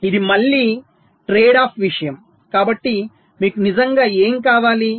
ఇది మళ్ళీ trade off విషయం కాబట్టి మీకు నిజంగా ఏమి కావాలి